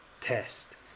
test